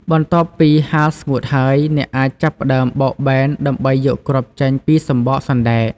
បន្ទាប់ពីហាលស្ងួតហើយ អ្នកអាចចាប់ផ្តើមបោកបែនដើម្បីយកគ្រាប់ចេញពីសំបកសណ្ដែក។